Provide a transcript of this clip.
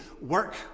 work